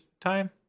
time